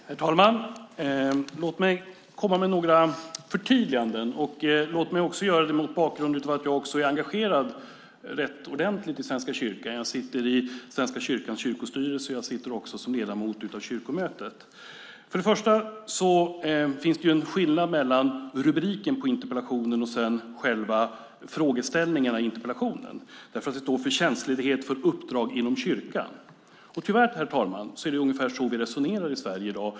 Herr talman! Låt mig komma med några förtydliganden mot bakgrund av att jag är rätt ordentligt engagerad i Svenska kyrkan. Jag sitter i Svenska kyrkans kyrkostyrelse. Jag är också ledamot av kyrkomötet. Det finns en skillnad mellan rubriken på interpellationen och frågeställningarna i den. Rubriken är nämligen Tjänstledighet för uppdrag inom kyrkan . Tyvärr, herr talman, är det ungefär så vi resonerar i Sverige i dag.